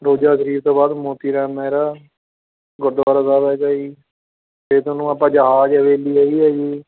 ਰੋਜ਼ਾ ਸ਼ਰੀਫ ਤੋਂ ਬਾਅਦ ਮੋਤੀ ਰਾਮ ਮਹਿਰਾ ਗੁਰਦੁਆਰਾ ਸਾਹਿਬ ਹੈਗਾ ਜੀ ਅਤੇ ਤੁਹਾਨੂੰ ਆਪਾਂ ਜਹਾਜ਼ ਹਵੇਲੀ ਹੈਗੀ ਹੈ ਜੀ